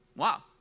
Wow